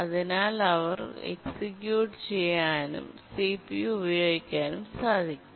അതിനാൽ അവർക്ക് എക്സിക്യൂട്ട ചെയ്യാനും സിപിയു ഉപയോഗിക്കാനും സാധിക്കും